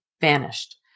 vanished